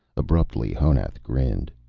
abruptly, honath grinned.